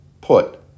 put